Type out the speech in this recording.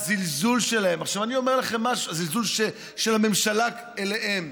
והזלזול של הממשלה בהם.